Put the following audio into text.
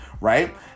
Right